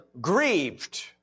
grieved